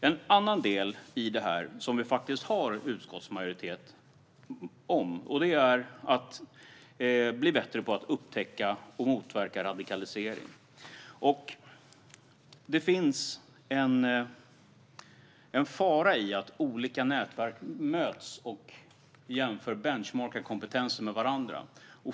En annan del, som vi faktiskt har utskottsmajoritet för, handlar om att bli bättre på att upptäcka och motverka radikalisering. Det finns en fara i att olika nätverk möts och jämför varandras kompetens.